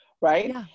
right